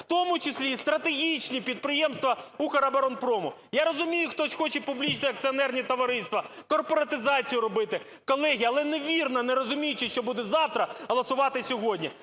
в тому числі і стратегічні підприємства "Укроборонпрому". Я розумію, хтось хоче публічні акціонерні товариства, корпоратизацію робити. Колеги, але не вірно, не розуміючи, що буде завтра, голосувати сьогодні.